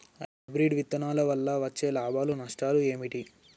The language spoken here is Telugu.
హైబ్రిడ్ విత్తనాల వల్ల వచ్చే లాభాలు నష్టాలు ఏమిటి?